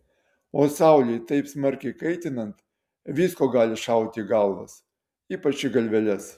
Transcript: o saulei taip smarkiai kaitinant visko gali šauti į galvas ypač į galveles